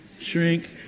shrink